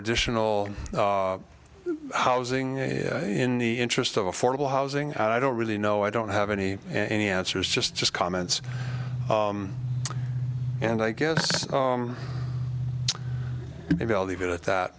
additional housing in the interest of affordable housing i don't really know i don't have any answers just just comments and i guess maybe i'll leave it at that